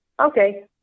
okay